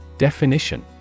Definition